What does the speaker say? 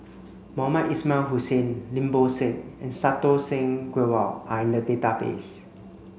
Mohamed Ismail Hussain Lim Bo Seng and Santokh Singh Grewal are in the database